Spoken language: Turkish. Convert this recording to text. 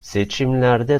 seçimlerde